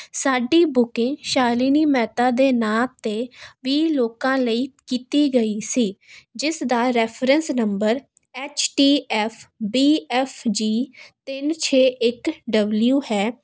ਸਾਡੀ ਬੁਕਿੰਗ ਸ਼ਾਲਿਨੀ ਮਹਿਤਾ ਦੇ ਨਾਂ 'ਤੇ ਵੀ ਲੋਕਾਂ ਲਈ ਕੀਤੀ ਗਈ ਸੀ ਜਿਸ ਦਾ reference number H T F B F G ਤਿੰਨ ਛੇ ਇੱਕ ਡਬਲਿਊ ਹੈ